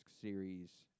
series